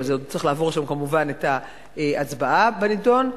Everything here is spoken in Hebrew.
אבל זה צריך לעבור כמובן את ההצבעה בנדון.